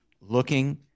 looking